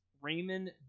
Raymond